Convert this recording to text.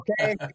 okay